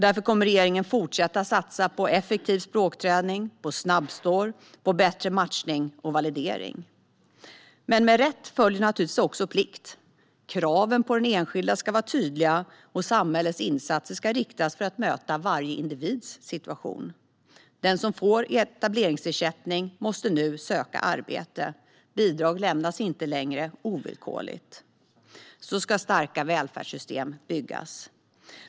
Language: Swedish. Därför kommer regeringen att fortsätta att satsa på effektiv språkträning, på snabbspår, på bättre matchning och validering. Med rätt följer naturligtvis också plikt. Kraven på den enskilda ska vara tydliga, och samhällets insatser ska riktas för att möta varje individs situation. Den som får etableringsersättning måste nu söka arbete. Bidrag lämnas inte längre ovillkorligt. Så ska starka välfärdssystem byggas.